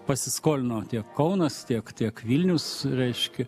pasiskolino tiek kaunas tiek tiek vilniaus reiškia